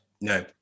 No